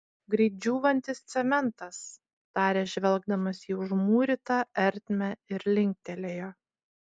greit džiūvantis cementas tarė žvelgdamas į užmūrytą ertmę ir linktelėjo